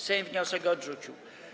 Sejm wniosek odrzucił.